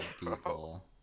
people